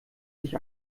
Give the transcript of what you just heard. sich